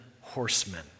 horsemen